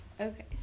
Okay